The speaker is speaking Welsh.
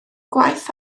gwaith